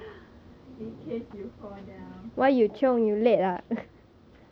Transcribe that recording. should be careful when you chiong for the bus in case you fall down